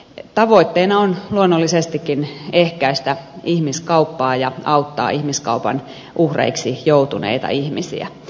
tavoitteena on luonnollisestikin ehkäistä ihmiskauppaa ja auttaa ihmiskaupan uhreiksi joutuneita ihmisiä